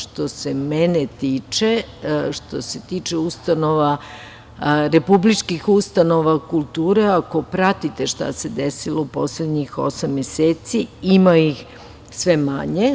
Što se mene tiče, što se tiče republičkih ustanova kulture, ako pratite šta se desilo u poslednjih osam meseci, ima ih sve manje.